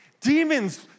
Demons